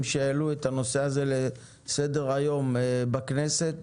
שהעלו את הנושא הזה לסדר היום בכנסת,